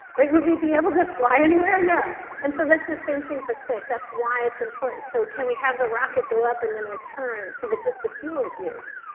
wait, would we be able to fly anywhere, no and so that's the same thing for space. that's why it's important. so can we have the rocket go up and then return so that just the fuel is used?